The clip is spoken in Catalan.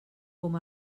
com